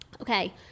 Okay